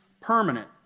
permanent